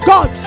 God